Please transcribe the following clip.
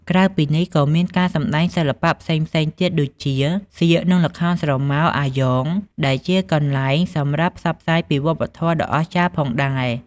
ក្រៅពីនេះ ក៏មានការសម្តែងសិល្បៈផ្សេងៗទៀតដូចជា សៀក និងល្ខោនស្រមោលអាយ៉ងដែលជាកន្លែងសម្រាប់ផ្សព្វផ្សាយពីវប្បធម័ដ៏អស្ចារ្យផងដែរ ។